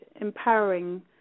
empowering